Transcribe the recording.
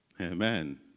Amen